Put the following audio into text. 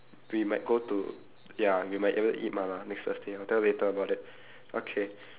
we might go to ya we might be able to eat mala next thursday I'll tell you later about that okay